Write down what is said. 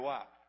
up